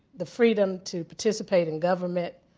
the freedom to participate in government,